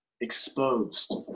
exposed